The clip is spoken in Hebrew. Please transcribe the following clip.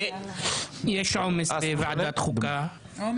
יש עומס גדול בוועדת חוקה,